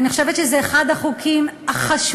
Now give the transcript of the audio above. אני חושבת שזה אחד החוקים החשובים,